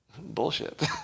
Bullshit